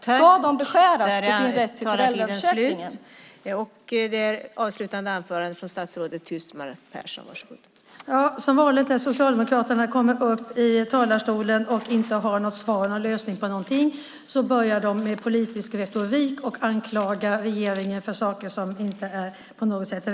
Ska deras rätt till föräldraförsäkring beskäras?